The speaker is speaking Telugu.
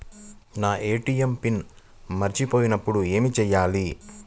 నా ఏ.టీ.ఎం పిన్ మరచిపోయినప్పుడు ఏమి చేయాలి?